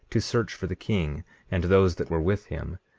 to search for the king and those that were with him.